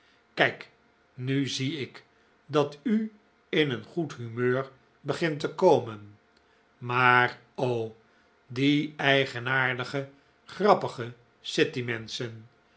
kijk nu zie ik dat u in een goed humeur begint te komen maar o die eigenaardige grappige